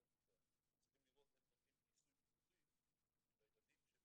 וצריכים לראות איך נותנים כיסוי ביטוחי לילדים שהם